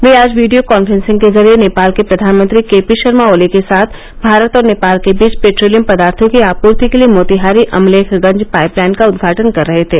वे आज video conferencing के जरिये नेपाल के प्रधानमंत्री के पी शर्मा ओली के साथ भारत और नेपाल के बीच पेट्रोलियम पदार्थों की आपूर्ति के लिए मोतीहारी अमलेखगंज पाइपलाइन का उद्घाटन कर रहे थे